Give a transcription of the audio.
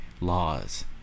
laws